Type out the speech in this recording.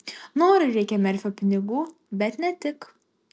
norai reikia merfio pinigų bet ne tik